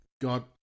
God